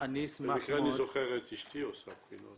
- במקרה אני זוכר את אשתי עושה בחינות.